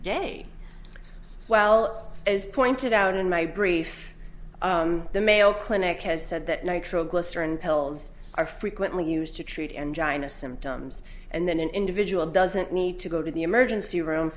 day well as pointed out in my brief the mayo clinic has said that nitroglycerin pills are frequently used to treat and giantess symptoms and then an individual doesn't need to go to the emergency room